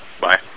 Bye